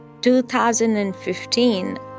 2015